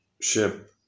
ship